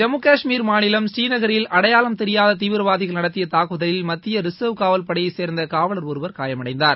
ஜம்மு கஷ்மீர் மாநிலம் ஸ்ரீநகரில் அடையாளம் தெரியாத தீவிரவாதிகள் நடத்திய தாக்குதலில் மத்திய ரிசர்வ் காவல் படையைச் சேர்ந்த காவலர் ஒருவர் காயமடைந்தார்